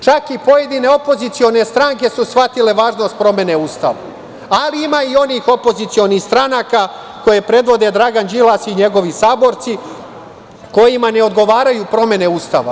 Čak i pojedine opozicione stranke su shvatile važnost promene Ustava, ali ima i onih opozicionih stranaka koje predvode Dragan Đilas i njegovi saborci kojima ne odgovaraju promene Ustava.